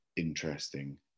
Interesting